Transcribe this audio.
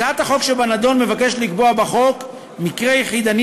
הצעת החוק שבנדון מבקשת לקבוע בחוק מקרה יחידני